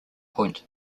point